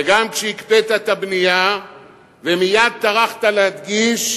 וגם כשהקפאת את הבנייה ומייד טרחת להדגיש: